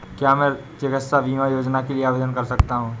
क्या मैं चिकित्सा बीमा योजना के लिए आवेदन कर सकता हूँ?